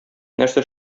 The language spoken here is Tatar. нәрсә